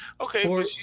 Okay